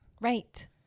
Right